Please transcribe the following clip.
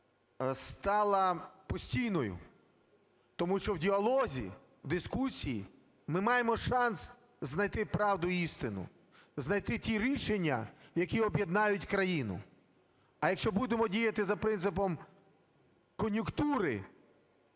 стала постійною, тому що в діалозі, в дискусії ми маємо шанс знайти правду й істину, знайти ті рішення, які об'єднають країну. А якщо будемо діяти за принципами кон'юнктури